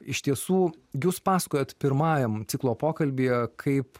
iš tiesų jūs pasakojot pirmajam ciklo pokalbyje kaip